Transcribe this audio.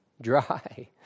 dry